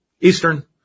Eastern